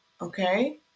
okay